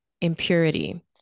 impurity